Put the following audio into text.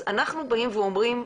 אז אנחנו באים ואומרים,